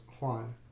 Juan